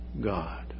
God